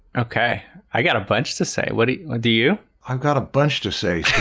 okay. i got a bunch to say what do you do you i've got a bunch to say